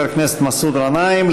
חבר הכנסת מסעוד גנאים.